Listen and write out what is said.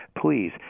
please